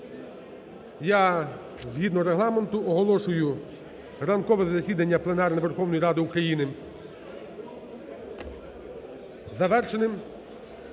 Я згідно Регламенту оголошую ранкове засідання пленарне Верховної Ради України завершеним.